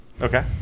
okay